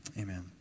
amen